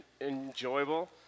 enjoyable